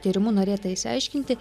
tyrimu norėta išsiaiškinti